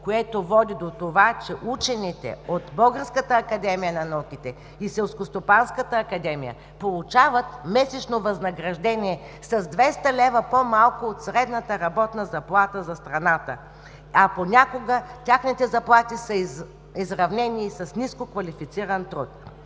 което води до това, че учените от Българската академия на науките и Селскостопанската академия получават месечно възнаграждение с 200 лв. по-малко от средната работна заплата за страната, а понякога техните заплати са изравнени и с нискоквалифициран труд.